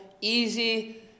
easy